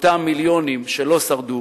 אותם מיליונים שלא שרדו